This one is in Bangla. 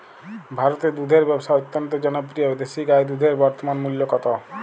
ভারতে দুধের ব্যাবসা অত্যন্ত জনপ্রিয় দেশি গাই দুধের বর্তমান মূল্য কত?